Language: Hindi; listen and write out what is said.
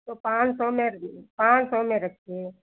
तो पाँच सौ में पाँच सौ में रखिए